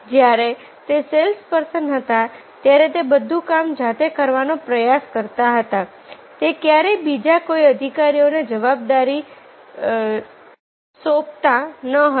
જ્યારે તે sales person હતાત્યારે તે બધું કામ જાતે કરવાનો પ્રયાસ કરતા હતાતે ક્યારેય બીજા કોઈ અધિકારીઓને જવાબદારી સોંપતોન હતા